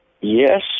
Yes